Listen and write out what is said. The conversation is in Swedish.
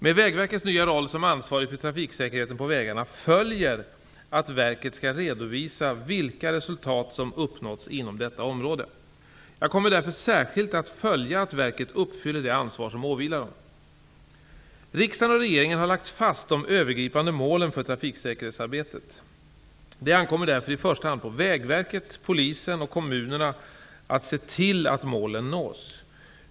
Med Vägverkets nya roll som ansvarig för trafiksäkerheten på vägarna följer att verket skall redovisa vilka resultat som uppnåtts inom detta område. Jag kommer därför särskilt att följa att verket uppfyller det ansvar som åvilar dem. Riksdagen och regeringen har lagt fast de övergripande målen för trafiksäkerhetsarbetet. Det ankommer därför i första hand på Vägverket, Polisen och kommunerna att se till att målen nås.